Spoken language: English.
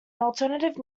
alternate